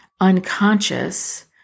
unconscious